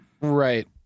right